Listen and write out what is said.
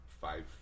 five